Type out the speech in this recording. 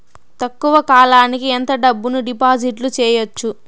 తక్కువ కాలానికి ఎంత డబ్బును డిపాజిట్లు చేయొచ్చు?